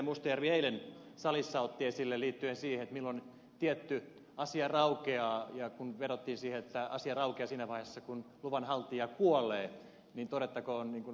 mustajärvi eilen salissa otti esille liittyen siihen milloin tietty asia raukeaa kun vedottiin siihen että asia raukeaa siinä vaiheessa kun luvanhaltija kuolee todettakoon niin kuin ilmeisesti ed